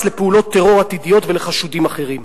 לפעולות טרור עתידיות ולחשודים אחרים".